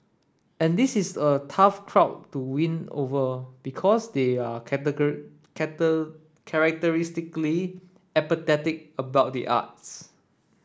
and this is a tough crowd to win over because they are characteristically apathetic about the arts